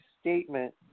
statement